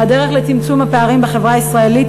הדרך לצמצום הפערים בחברה הישראלית